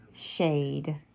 shade